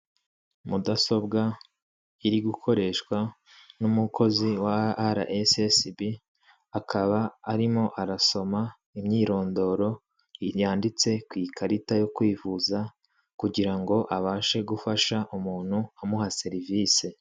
Mudasobwa iri gukoreshwa n'umukozi wa arayesesibi, akaba arimo arasoma imyirondoro yanditse ku ikarita yo kwivuza kugira ngo abashe gufasha umuntu amuha serivisi.